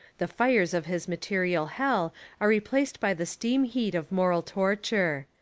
the fires of his material hell are replaced by the steam heat of moral torture.